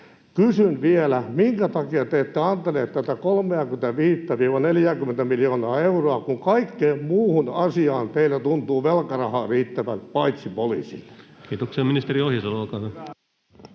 Kysyn vielä: minkä takia te ette antaneet tätä 35—40:tä miljoonaa euroa, kun kaikkeen muuhun asiaan teillä tuntuu velkarahaa riittävän, paitsi poliisille? [Speech 36] Speaker: